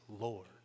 Lord